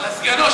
לסגנו,